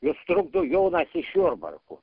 jus trukdo jonas iš jurbarko